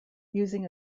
using